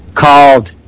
Called